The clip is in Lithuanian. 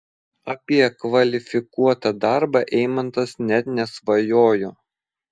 apie kvalifikuotą darbą eimantas net nesvajojo